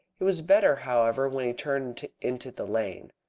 it was better, however, when he turned into the lane.